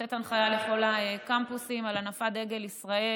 יוצאת הנחיה לכל הקמפוסים על הנפת דגל ישראל.